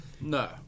No